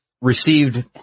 Received